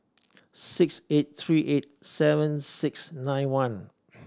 six eight three eight seven six nine one